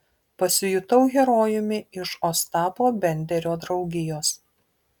pasijutau herojumi iš ostapo benderio draugijos